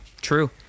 true